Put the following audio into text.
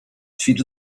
ćwicz